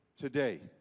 Today